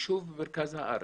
ישוב במרכז הארץ,